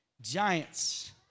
giants